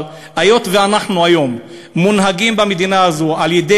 אבל, היות שאנחנו היום מונהגים במדינה הזאת על-ידי